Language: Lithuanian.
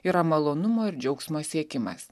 yra malonumo ir džiaugsmo siekimas